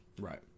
right